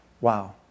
wow